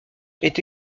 est